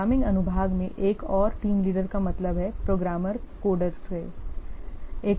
programming अनुभाग में एक और टीम लीडर का मतलब है प्रोग्रामर कोडर्स हैं